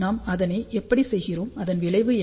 நாம் அதனை எப்படி செய்கிறோம் அதன் விளைவு என்ன